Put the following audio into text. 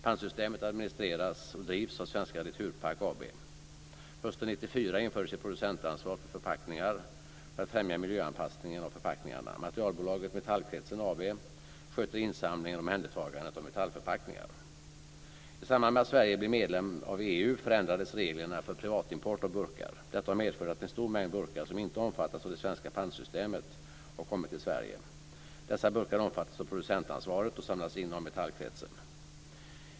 Pantsystemet administreras och drivs av förändrades reglerna för privatimport av burkar. Detta har medfört att en stor mängd burkar som inte omfattas av det svenska pantsystemet har kommit till Sverige. Dessa burkar omfattas av producentansvaret och samlas in av Metallkretsen.